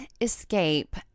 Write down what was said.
escape